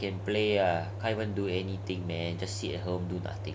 can play ah can't even do anything man just sit at home do nothing lah